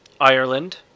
Ireland